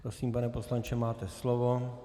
Prosím, pane poslanče, máte slovo.